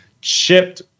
chipped